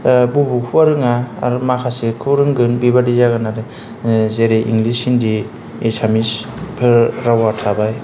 बबेखौबा रोङा बबेखौबा रोङो बिदि जागोन आरो जेरै इंलिस हिन्दि एसामिसफोरा रावा थाबाय